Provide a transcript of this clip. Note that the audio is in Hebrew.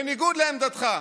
בניגוד לעמדתך.